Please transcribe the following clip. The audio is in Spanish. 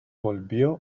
volvió